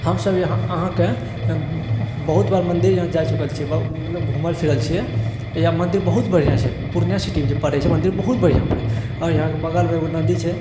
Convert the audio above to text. हम सब यहाँके बहुत बार मंदिर जा चुकल छी मतलब घूमल फिरल छियै ई मंदिर बहुत बढ़िआँ छै पूर्णियाँ सिटीमे जे पड़ै छै आओर यहाँके बगलमे एगो नदी छै